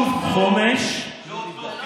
היישוב חומש, ג'וב טוב, תראה לאיזו רצפה הגעת.